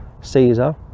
caesar